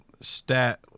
stat